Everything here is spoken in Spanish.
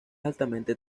altamente